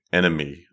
enemy